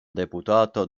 deputato